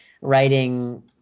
writing